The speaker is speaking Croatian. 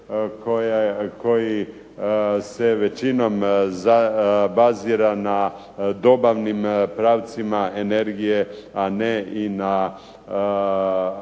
koji se većinom bazira na dobavnim pravcima energije, a ne i na